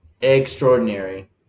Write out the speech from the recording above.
extraordinary